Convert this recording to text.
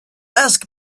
ask